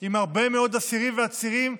עם הרבה מאוד אסירים ועצירים,